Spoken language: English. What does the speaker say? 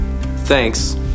Thanks